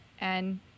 and-